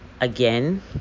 again